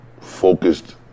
focused